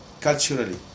culturally